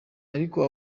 ariko